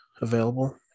available